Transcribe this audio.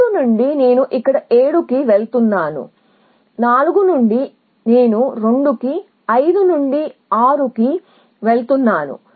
3 నుండి నేను ఇక్కడ 7 కి వెళుతున్నాను 4 నుండి నేను 2 కి 5 నుండి 6 కి వెళుతున్నాను